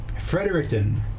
Fredericton